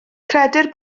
credir